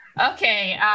Okay